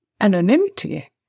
anonymity